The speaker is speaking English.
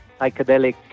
psychedelic